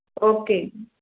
okay